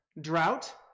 drought